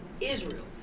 Israel